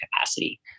capacity